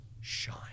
shine